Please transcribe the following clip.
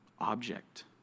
object